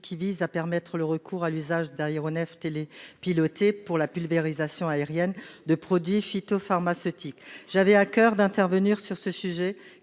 qui autorise l'usage d'aéronefs télépilotés pour la pulvérisation aérienne de produits phytopharmaceutiques. J'avais à coeur d'intervenir sur ce sujet